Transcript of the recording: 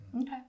Okay